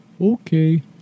Okay